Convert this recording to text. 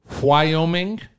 Wyoming